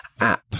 app